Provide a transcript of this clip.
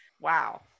Wow